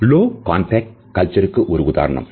low contact கல்ச்சருக்குஒரு உதாரணம்